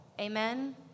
Amen